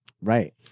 Right